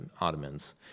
Ottomans